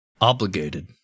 Obligated